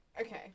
Okay